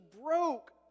broke